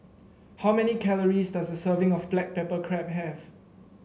how many calories does a serving of Black Pepper Crab have